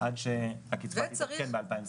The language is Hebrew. עד שהקצבה תתעדכן ב-2023.